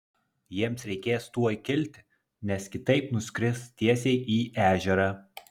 jiems reikės tuoj kilti nes kitaip nuskris tiesiai į ežerą